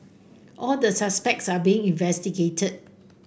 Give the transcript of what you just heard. all the suspects are being investigated